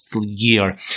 year